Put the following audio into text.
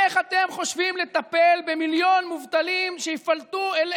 איך אתם חושבים לטפל במיליון מובטלים שייפלטו אל,